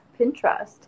Pinterest